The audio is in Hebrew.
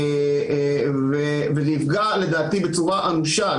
מה שברור שעכשיו זה לא יהיה שופט ליברלי או שמרן,